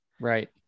right